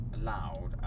allowed